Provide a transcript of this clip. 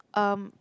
um